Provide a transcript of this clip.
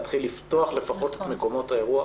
להתחיל ולפתוח מקומות אירוח